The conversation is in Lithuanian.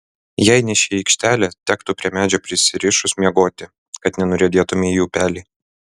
jei ne ši aikštelė tektų prie medžio prisirišus miegoti kad nenuriedėtumei į upelį